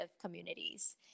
communities